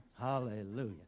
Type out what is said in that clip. Hallelujah